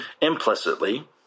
implicitly